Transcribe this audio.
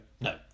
no